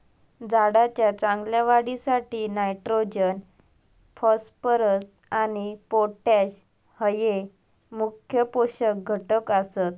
झाडाच्या चांगल्या वाढीसाठी नायट्रोजन, फॉस्फरस आणि पोटॅश हये मुख्य पोषक घटक आसत